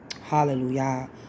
Hallelujah